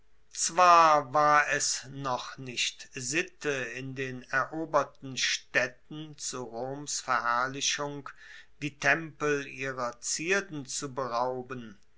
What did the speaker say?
zwar war es noch nicht sitte in den eroberten staedten zu roms verherrlichung die tempel ihrer zierden zu berauben